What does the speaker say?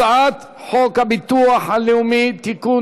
הצעת חוק הביטוח הלאומי (תיקון,